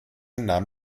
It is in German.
nahm